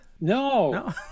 No